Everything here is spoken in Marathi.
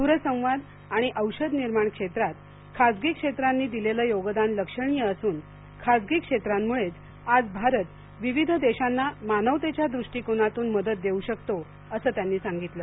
दूरसंवाद आणि औषध निर्माण क्षेत्रात खासगी क्षेत्रांनी दिलेलं योगदान लक्षणीय असून खासगी क्षेत्रांमुळेच आज भारत विविध देशांना मानवतेच्या दृष्टीकोनातून मदत देऊ शकतो असं त्यांनी सांगितलं